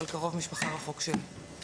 אבל אתה קרוב משפחה רחוק שלי.